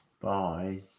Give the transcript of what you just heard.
Bye